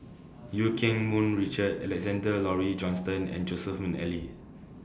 EU Keng Mun Richard Alexander Laurie Johnston and Joseph Mcnally